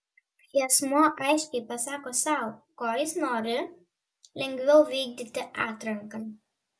kai asmuo aiškiai pasako sau ko jis nori lengviau vykdyti atranką